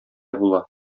була